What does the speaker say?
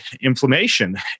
inflammation